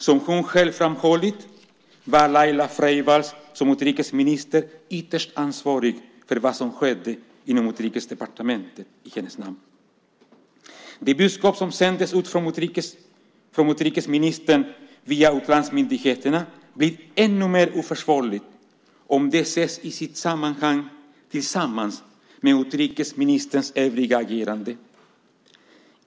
Som hon själv framhållit var Laila Freivalds som utrikesminister ytterst ansvarig för vad som skedde inom Utrikesdepartementet i hennes namn. Det budskap som sändes ut från utrikesministern via utlandsmyndigheterna blir ännu mer oförsvarligt om det ses i sitt sammanhang tillsammans med utrikesministerns övriga agerande.